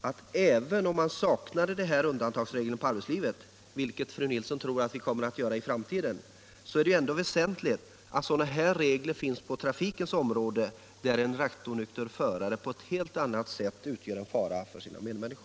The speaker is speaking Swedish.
att även om vi saknade sådana här undantagsregler i arbetslivet — vilket fru Nilsson i Sunne trodde kommer att bli fallet i framtiden — så är det ändå väsentligt att dylika regler finns på trafikens område, där en rattonykter förare på ett helt annat sätt utgör en fara för sina medmänniskor.